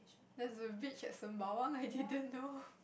there's a beach at Sembawang I didn't know